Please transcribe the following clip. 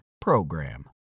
PROGRAM